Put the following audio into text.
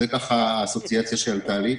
זאת האסוציאציה שעלתה לי.